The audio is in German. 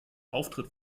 auftritt